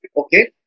okay